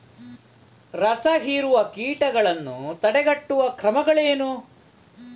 ರಸಹೀರುವ ಕೀಟಗಳನ್ನು ತಡೆಗಟ್ಟುವ ಕ್ರಮಗಳೇನು?